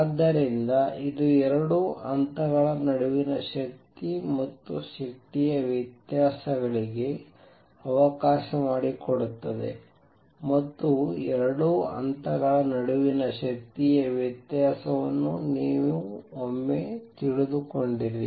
ಆದ್ದರಿಂದ ಇದು 2 ಹಂತಗಳ ನಡುವಿನ ಶಕ್ತಿ ಮತ್ತು ಶಕ್ತಿಯ ವ್ಯತ್ಯಾಸಗಳಿಗೆ ಅವಕಾಶ ಮಾಡಿಕೊಡುತ್ತದೆ ಮತ್ತು 2 ಹಂತಗಳ ನಡುವಿನ ಶಕ್ತಿಯ ವ್ಯತ್ಯಾಸವನ್ನು ನೀವು ಒಮ್ಮೆ ತಿಳಿದುಕೊಂಡರಿ